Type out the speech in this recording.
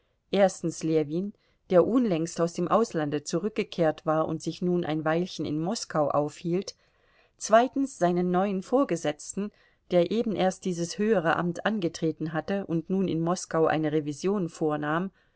erstens ljewin der unlängst aus dem auslande zurückgekehrt war und sich nun ein weilchen in moskau aufhielt zweitens seinen neuen vorgesetzten der eben erst dieses höhere amt angetreten hatte und nun in moskau eine revision vornahm